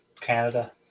Canada